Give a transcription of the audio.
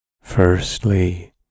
Firstly